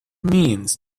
means